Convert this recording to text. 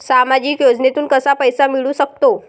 सामाजिक योजनेतून कसा पैसा मिळू सकतो?